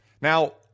Now